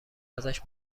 ازش